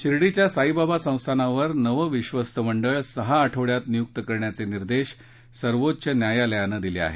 शिर्डीच्या साईबाबा संस्थांनवर नवं विश्वस्त मंडळ सहा आठवड्यांत नियुक्त करण्याचे निर्देश सर्वोच्च न्यायालयानं दिले आहेत